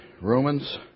Romans